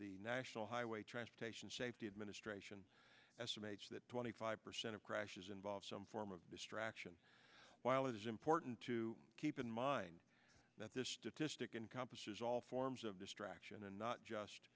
the national highway transportation safety administration estimates that twenty five percent of crashes involve some form of distraction while it is important to keep in mind that this statistic encompasses all forms of distraction and not just